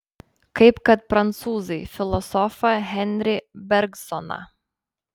kaip kad prancūzai filosofą henri bergsoną